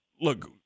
look